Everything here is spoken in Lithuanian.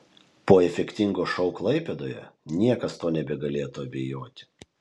po efektingo šou klaipėdoje niekas tuo nebegalėtų abejoti